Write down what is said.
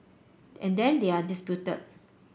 and then they are disputed